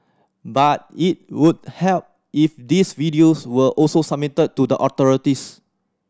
but it would help if these videos were also submitted to the authorities